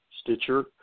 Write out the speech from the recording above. Stitcher